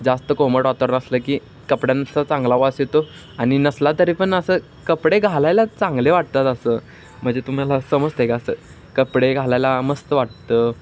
जास्त कोमट वातावरण असलं की कपड्यांचा चांगला वास येतो आणि नसला तरी पण असं कपडे घालायला चांगले वाटतात असं म्हणजे तुम्हाला समजतं आहे का असं कपडे घालायला मस्त वाटतं